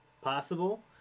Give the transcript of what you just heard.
possible